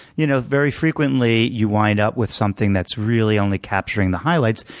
you know very frequently you wind up with something that's really only capturing the highlights.